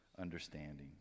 understanding